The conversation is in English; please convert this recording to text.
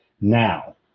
Now